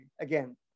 again